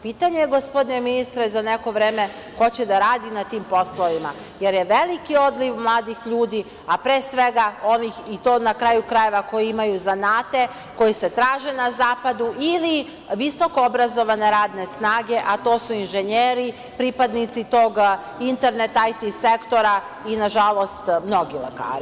Pitanje je gospodine ministre za neko vreme ko će da radi na tim poslovima, jer je veliki odliv mladih ljudi, a pre svega ovih, i to na kraju krajeva koji imaju zanate, koji se traže na zapadu ili visokoobrazovane radne snage, a to su inženjeri, pripadnici tog interneta, IT sektora i na žalost mnogi lekari.